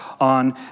on